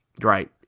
Right